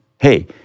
Hey